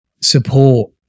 support